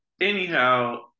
anyhow